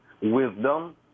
wisdom